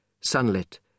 sunlit